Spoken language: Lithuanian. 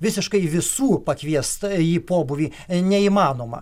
visiškai visų pakviest į pobūvį neįmanoma